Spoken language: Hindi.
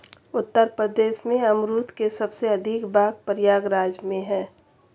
उत्तर प्रदेश में अमरुद के सबसे अधिक बाग प्रयागराज में है